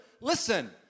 listen